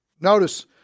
notice